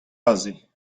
aze